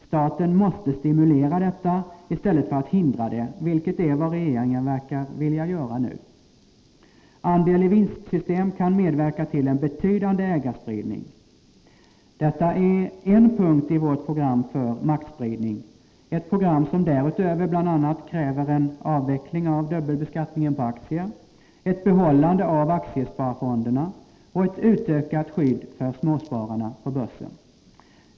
Staten måste stimulera detta i stället för att hindra det, vilket är vad regeringen nu verkar vilja göra. Andel-i-vinstsystem kan medverka till en betydande ägarspridning. Detta är en punkt i vårt program för maktspridning, ett program som därutöver bl.a. kräver en avveckling av dubbelbeskattningen på aktier, ett behållande av aktiesparfonderna och ett utökat skydd för småspararna på börsen.